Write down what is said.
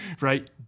Right